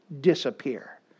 disappear